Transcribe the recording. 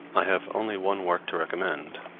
i have only one work to recommend,